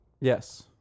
Yes